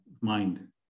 mind